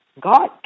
God